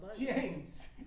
James